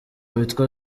witwa